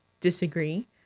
disagree